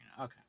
Okay